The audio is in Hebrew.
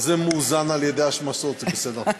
זה מאוזן על-ידי השמצות, זה בסדר.